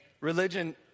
religion